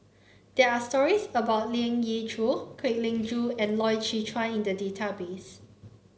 there are stories about Leong Yee Choo Kwek Leng Joo and Loy Chye Chuan in the database